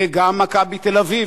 וגם "מכבי תל-אביב",